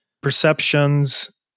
perceptions